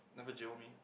never jio me